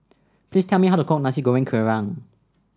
please tell me how to cook Nasi Goreng Kerang